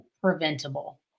preventable